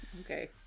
Okay